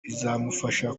bizamufasha